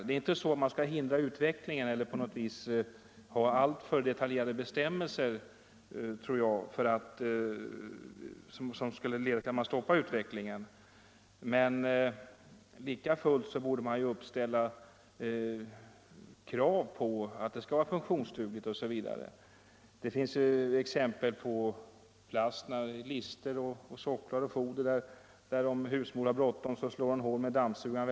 Jag tror inte att man skall ha alltför detaljerade bestämmelser, som skulle leda till att utvecklingen hindrades, men likafullt borde man uppställa krav på funktionsduglighet osv. Det finns exempel på lister, socklar och foder av plast som en husmor, om hon har bråttom, väldigt lätt slår hål på med dammsugaren.